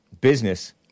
business